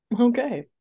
Okay